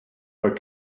but